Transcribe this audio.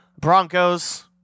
Broncos